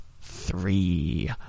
three